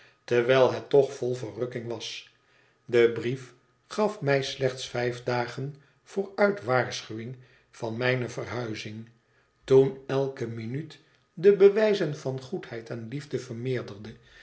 terwijl het toch vol verrukking was de brief gaf mij slechts vijf dagen vooruit waarschuwing van mijne verhuizing toen elke minuut de bewijzen van goedheid en liefde vermeerderde